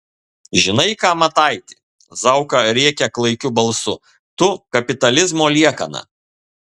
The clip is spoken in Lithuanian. žinai ką mataiti zauka rėkia klaikiu balsu tu kapitalizmo liekana